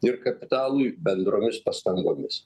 ir kapitalui bendromis pastangomis